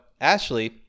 ashley